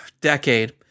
decade